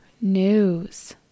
news